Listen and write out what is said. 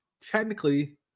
Technically